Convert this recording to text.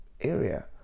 area